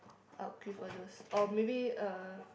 I would queue for those or maybe uh